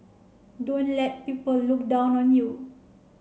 don't let people look down on you